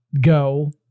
go